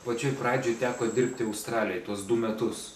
pačioj pradžioj teko dirbti australijoj tuos du metus